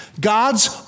God's